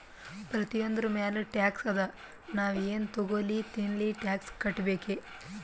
ಪ್ರತಿಯೊಂದ್ರ ಮ್ಯಾಲ ಟ್ಯಾಕ್ಸ್ ಅದಾ, ನಾವ್ ಎನ್ ತಗೊಲ್ಲಿ ತಿನ್ಲಿ ಟ್ಯಾಕ್ಸ್ ಕಟ್ಬೇಕೆ